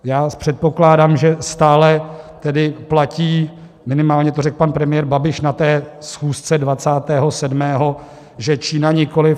já předpokládám, že stále platí, minimálně to řekl pan premiér Babiš na schůzce dvacátého sedmého, že Čína nikoliv.